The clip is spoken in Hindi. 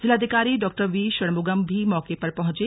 जिलाधिकारी डॉ वीषणमुगम भी मौके पर पहुंचे